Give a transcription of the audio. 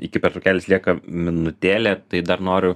iki pertraukėlės lieka minutėlė tai dar noriu